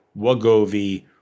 Wagovi